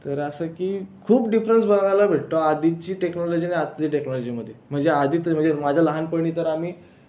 तर असं आहे की खूप डिफरन्स बघायला भेटतो आधीची टेक्नॉलॉजी आणि आत्ताची टेक्नॉलॉजीमध्ये म्हणजे आधी तर म्हणजे माझ्या लहानपणी तर आम्ही